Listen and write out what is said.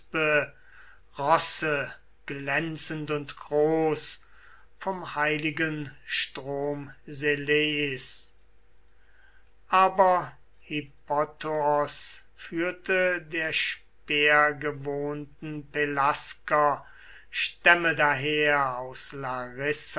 glänzend und groß vom heiligen strom ses aber hippothoos führte der speergewohnten pelasger stämme daher aus